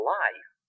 life